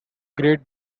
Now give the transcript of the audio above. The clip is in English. great